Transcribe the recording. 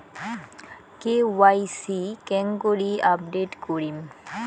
KYC কেঙ্গকরি update করিম?